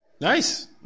Nice